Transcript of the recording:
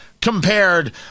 compared